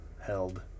held